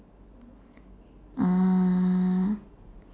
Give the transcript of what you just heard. uh